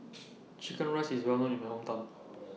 Chicken Rice IS Well known in My Hometown